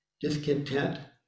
discontent